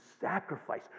sacrifice